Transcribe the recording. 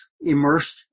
immersed